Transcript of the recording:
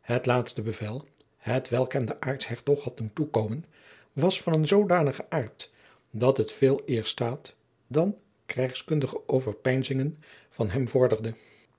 het laatste bevel hetwelk hem de aartshertog had doen toekomen was van een zoodanigen aart dat het veeleer staat dan krijgskundige overpeinzingen van hem vorderde